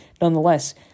Nonetheless